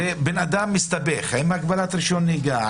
הרי אדם מסתבך עם הגבלת רישיון נהיגה,